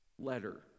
letter